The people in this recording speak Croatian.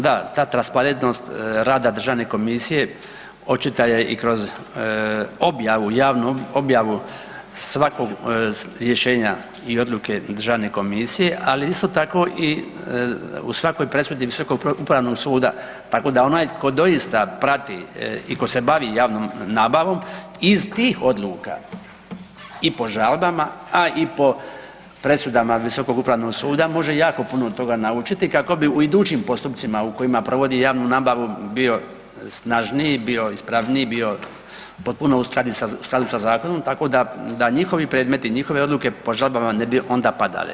Da, ta transparentnost rada državne komisije očita je i kroz objavu, javnu objavu svakog rješenja i odluke državne komisije, ali isto tako i u svakoj presudi visokog upravnog suda, tako da onaj tko doista prati i ko se bavi javnom nabavom iz tih odluka i po žalbama, a i po presudama visokog upravnog suda može jako puno toga naučiti kako bi u idućim postupcima u kojima provodi javnu nabavu bio snažniji, bio ispravniji, bio potpuno u skladu sa zakonom, tako da, da njihovi predmeti i njihove odluke po žalbama ne bi onda padale.